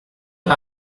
pas